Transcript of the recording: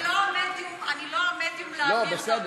אני לא המדיום להעביר דרכו.